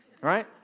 right